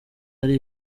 ari